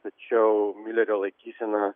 tačiau miulerio laikysena